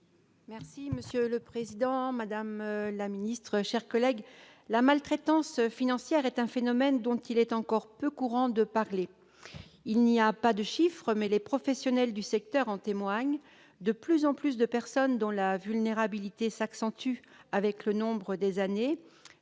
Meunier. Monsieur le président, madame la ministre, mes chers collègues, la maltraitance financière est un phénomène dont il est encore peu courant de parler. Il n'y a pas de chiffre, mais les professionnels du secteur en témoignent, de plus en plus de personnes dont la vulnérabilité s'accentue avec le nombre d'années-